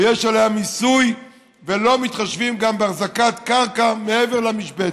ויש עליה מיסוי ולא מתחשבים גם באחזקת קרקע מעבר למשבצת.